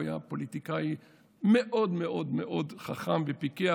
הוא היה פוליטיקאי מאוד מאוד מאוד חכם ופיקח,